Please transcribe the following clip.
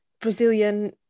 Brazilian